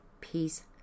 peace